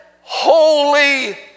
holy